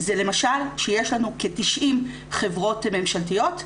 זה למשל שיש לנו כ-90 חברות ממשלתיות,